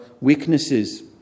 weaknesses